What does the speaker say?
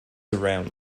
around